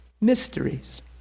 mysteries